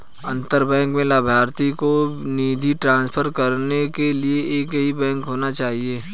अंतर बैंक में लभार्थी को निधि ट्रांसफर करने के लिए एक ही बैंक होना चाहिए